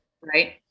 right